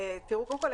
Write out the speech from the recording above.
קודם כל,